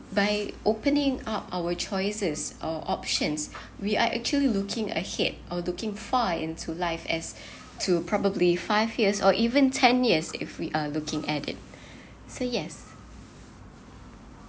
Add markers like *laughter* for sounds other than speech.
by opening up our choices or options we are actually looking ahead or looking far into life as *breath* to probably five years or even ten years if we are looking at it *breath* say yes